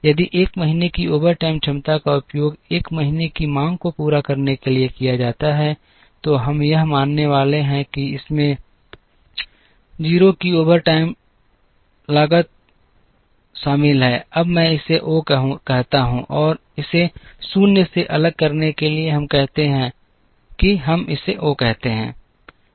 यदि 1 महीने की ओवरटाइम क्षमता का उपयोग 1 महीने की मांग को पूरा करने के लिए किया जाता है तो हम यह मानने वाले हैं कि इसमें O की ओवरटाइम उत्पादन लागत शामिल है अब मैं इसे O कहता हूं और इसे 0 से अलग करने के लिए हम कहते हैं कि हम इसे O कहते हैं